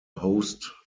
host